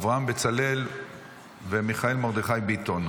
אברהם בצלאל ומיכאל מרדכי ביטון.